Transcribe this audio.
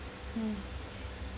mm